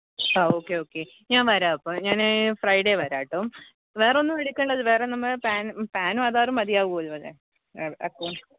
ആ okay okay ഞാൻ വരാം അപ്പം ഞാൻ ഫ്രൈഡേ വരാം കേട്ടോ വേറെയൊന്നും എടുക്കേണ്ടല്ലോ വേറെ നമ്മുടെ പാന് പാനും ആധാറും മതിയാവുമല്ലോ അല്ലേ അക്കൗണ്ട്